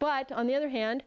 but on the other hand